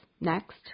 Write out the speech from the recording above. next